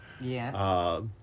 Yes